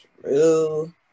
True